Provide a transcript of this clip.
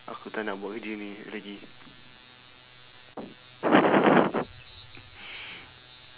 aku taknak buat kerja ni lagi